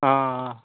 অঁ অঁ